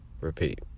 repeat